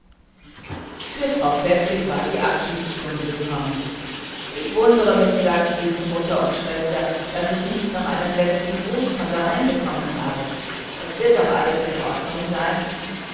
für frau pfäffling war die abschiedsstunde gekommen ich wundere mich sagte sie zu mutter und schwester daß ich nicht noch einen letzten gruß von daheim bekommen habe es wird doch alles in ordnung sein